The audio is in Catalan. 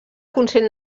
consell